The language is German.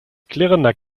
klirrender